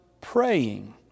praying